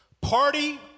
party